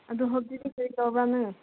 ꯑꯗꯨ ꯍꯧꯖꯤꯛ ꯀꯔꯤ ꯇꯧꯕ꯭ꯔꯥ ꯅꯪ